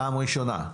פעם ראשונה.